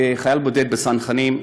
כחייל בודד בצנחנים,